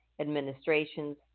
administrations